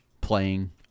playing